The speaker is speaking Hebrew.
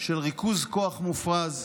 של ריכוז כוח מופרז,